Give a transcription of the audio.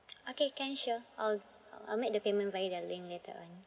okay can sure I'll I'll make the payment via the link later on